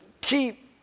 keep